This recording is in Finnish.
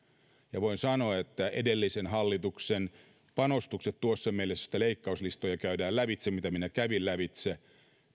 voin sanoa että edellisen hallituksen hallitusohjelman panostukset tuossa mielessä että leikkauslistoja käydään lävitse mitä minä kävin lävitse